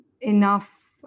enough